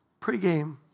pregame